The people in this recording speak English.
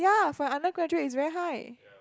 ya for an undergraduate is very high